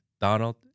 Donald